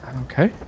Okay